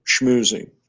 schmoozing